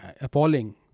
appalling